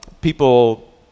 people